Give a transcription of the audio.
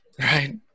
Right